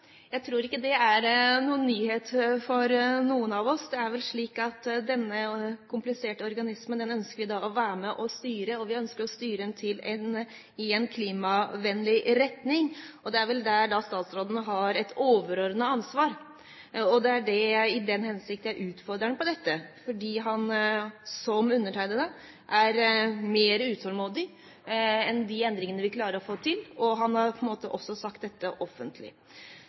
Jeg tror ikke det er noen nyhet for noen av oss. Denne kompliserte organismen ønsker vi å være med og styre, og vi ønsker å styre den i en klimavennlig retning. Det er vel der statsråden har et overordnet ansvar, og det er i den hensikt jeg utfordrer ham. Han, som undertegnede, er utålmodig utover de endringene vi klarer å få til, og han har på en måte også sagt dette offentlig.